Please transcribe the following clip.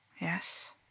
Yes